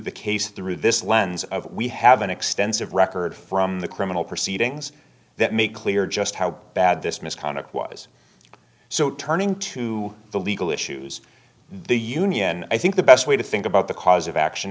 the case through this lens of we have an extensive record from the criminal proceedings that make clear just how bad this misconduct was so turning to the legal issues the union i think the best way to think about the cause of action